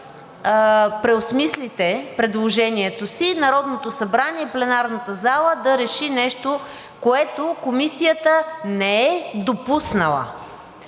преосмислите предложението си Народното събрание, пленарната зала, да реши нещо, което Комисията не е допуснала.